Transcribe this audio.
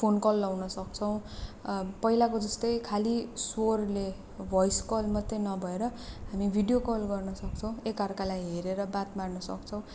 phone call लाउन सक्छौँ पहिलाको जस्तै खालि स्वरले भ्वाइस कल मात्रै नभएर भिडियो कल गर्न सक्छौँ एकाअर्कालाई हेरेर बात मार्न सक्छौँ